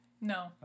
No